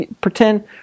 Pretend